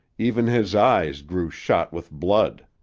even his eyes grew shot with blood.